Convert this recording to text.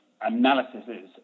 analyses